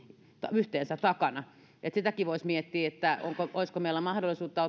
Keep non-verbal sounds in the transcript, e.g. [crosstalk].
takana sitäkin voisi miettiä olisiko meillä mahdollisuutta [unintelligible]